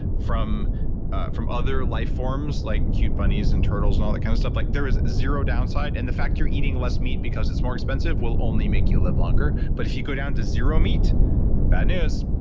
from from other life forms like cute bunnies and turtles and all that kind of stuff. like there is zero downside and the fact you're eating less meat because it's more expensive will only make you live longer, but if you go down to zero meat bad news.